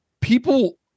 people